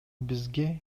бизге